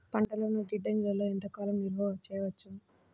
పంటలను గిడ్డంగిలలో ఎంత కాలం నిలవ చెయ్యవచ్చు?